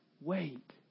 wait